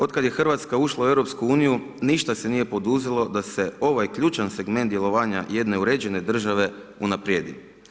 Otkada je Hrvatska ušla u EU, ništa se nije poduzelo, da se ovaj ključan segment djelovanja jedne uređene države unaprijedi.